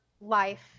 life